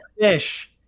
Fish